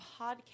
Podcast